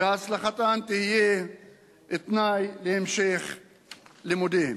והצלחתם תהיה תנאי להמשך לימודיהם.